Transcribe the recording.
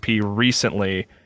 recently